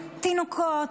תינוקות,